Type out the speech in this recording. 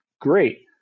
great